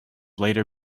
later